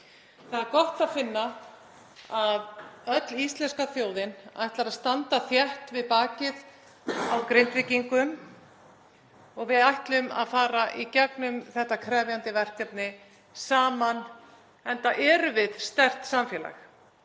Það er gott að finna að öll íslenska þjóðin ætlar að standa þétt við bakið á Grindvíkingum og við ætlum að fara í gegnum þetta krefjandi verkefni saman, enda erum við sterkt samfélag.